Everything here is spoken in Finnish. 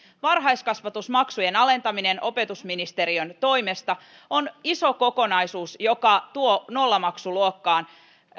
varhaiskasvatusmaksujen alentaminen opetusministeriön toimesta on iso kokonaisuus joka tuo nollamaksuluokkaan